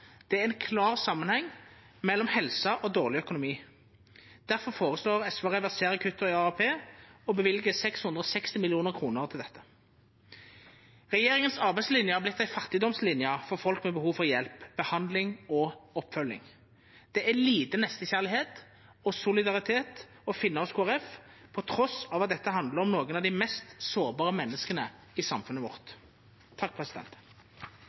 Det er en klar sammenheng mellom helse og dårlig økonomi. Derfor foreslår SV å reversere kuttene i AAP og bevilger 660 mill. kr til dette. Regjeringens arbeidslinje har blitt til en fattigdomslinje for folk med behov for hjelp, behandling og oppfølging. Det er lite nestekjærlighet og solidaritet å finne hos Kristelig Folkeparti, på tross av at dette handler om noen av de mest sårbare menneskene i samfunnet vårt.